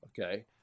Okay